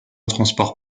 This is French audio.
transport